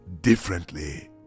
differently